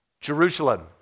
Jerusalem